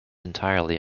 entirely